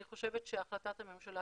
אני חושבת שהחלטת הממשלה